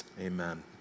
Amen